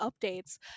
updates